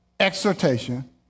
exhortation